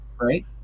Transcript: Right